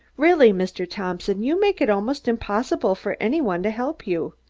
really, mr. thompson, you make it almost impossible for any one to help you.